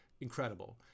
incredible